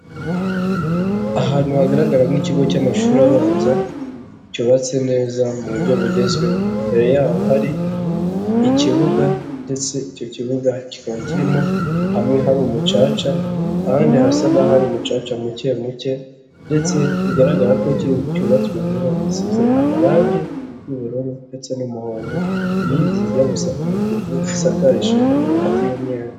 Ahantu hagaragara nk'ikigo cy'amashuri abanza cyubatse neza mu buryo bugezweho, imbere yaho hari ikibuga ndetse icyo kibuga kikaba kirimo hamwe hari umucaca ahandi hasa n' umucaca muke muke ndetse bigaragara ko cyubatswe vuba gisize amarangi y'ubururu ndetse n'umuhondo inkingi zijya umutuku zisakaje amabati y'umweru.